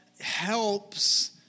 helps